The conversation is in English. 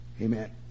Amen